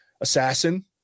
assassin